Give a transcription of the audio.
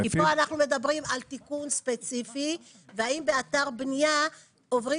כי פה אנחנו מדברים על תיקון ספציפי והאם באתר בניה עוברים